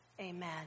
Amen